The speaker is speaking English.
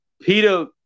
peter